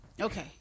Okay